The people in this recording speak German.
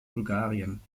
bulgarien